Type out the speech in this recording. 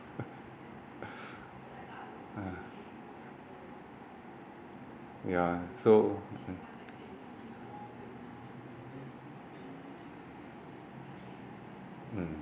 yeah so mm